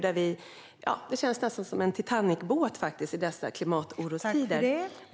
Det känns nästan som en Titanicbåt i dessa klimatorostider.